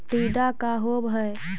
टीडा का होव हैं?